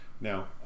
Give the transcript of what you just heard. Now